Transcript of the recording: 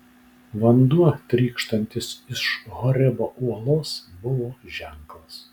vanduo trykštantis iš horebo uolos buvo ženklas